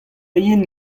yen